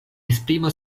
esprimo